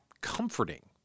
comforting